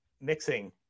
mixing